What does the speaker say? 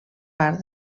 part